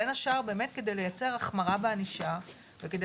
בין השאר באמת כדי לייצר החמרה בענישה וכדי